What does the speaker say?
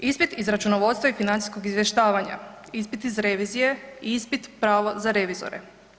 Ispit iz računovodstva i financijskog izvještavanja, ispit iz revizije i ispit pravo za revizore.